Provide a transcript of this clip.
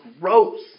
gross